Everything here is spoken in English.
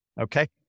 Okay